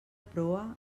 proa